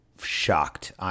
shocked